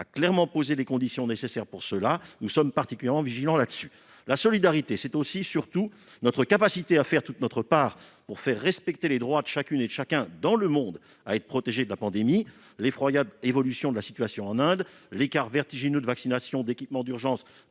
clairement posé les conditions nécessaires pour cela. Nous sommes particulièrement vigilants sur cette question. La solidarité, c'est aussi et surtout notre capacité à faire toute notre part pour faire respecter les droits de chacune et de chacun dans le monde à être protégé de la pandémie. L'effroyable évolution de la situation en Inde, l'écart vertigineux de vaccination, d'équipements d'urgence